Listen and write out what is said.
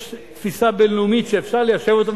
יש תפיסה בין-לאומית שאפשר ליישב אותה,